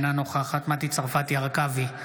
אינה נוכחת מטי צרפתי הרכבי,